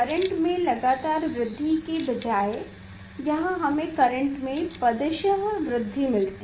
current में लगातार वृद्धि के बजाय यहाँ हमें करेंट में पदश वृद्धि मिलती है